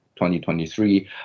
2023